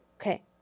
Okay